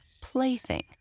plaything